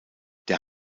der